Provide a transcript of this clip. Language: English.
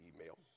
email